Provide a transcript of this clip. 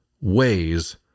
ways